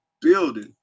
building